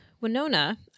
Winona